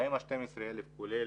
האם 12,000 כולל